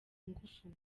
ngufu